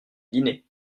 dîner